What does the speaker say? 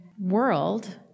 world